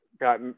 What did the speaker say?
got